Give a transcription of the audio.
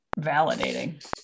validating